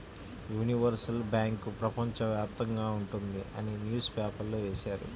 universal bank ప్రపంచ వ్యాప్తంగా ఉంటుంది అని న్యూస్ పేపర్లో వేశారు